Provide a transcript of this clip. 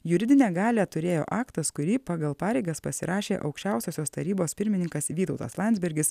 juridinę galią turėjo aktas kurį pagal pareigas pasirašė aukščiausiosios tarybos pirmininkas vytautas landsbergis